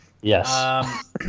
Yes